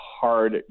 hard